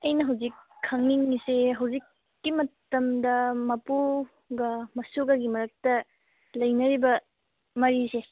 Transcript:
ꯑꯩꯅ ꯍꯧꯖꯤꯛ ꯈꯪꯅꯤꯡꯉꯤꯁꯦ ꯍꯧꯖꯤꯛꯀꯤ ꯃꯇꯝꯗ ꯃꯄꯨꯒ ꯃꯁꯨꯒꯒꯤ ꯃꯔꯛꯇ ꯂꯩꯅꯔꯤꯕ ꯃꯔꯤꯁꯦ